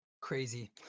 crazy